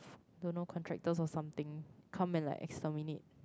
don't know contractors or something come and like exterminate